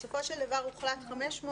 בסופו של דבר הוחלט 500,